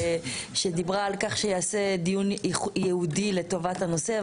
שדיברה על כך שייעשה דיון ייעודי לטובת הנושא.